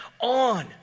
on